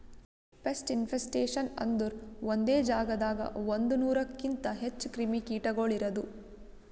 pest infestations ಅಂದುರ್ ಒಂದೆ ಜಾಗದಾಗ್ ಒಂದೂರುಕಿಂತ್ ಹೆಚ್ಚ ಕ್ರಿಮಿ ಕೀಟಗೊಳ್ ಇರದು